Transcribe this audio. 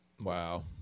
Wow